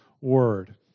Word